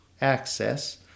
access